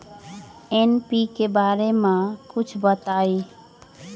NPK बारे म कुछ बताई?